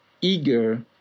eager